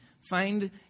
Find